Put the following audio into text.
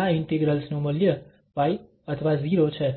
આ ઇન્ટિગ્રલ્સ નું મૂલ્ય π અથવા 0 છે